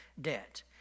debt